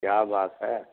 کیا بات ہے